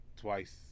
twice